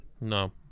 No